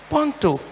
Ponto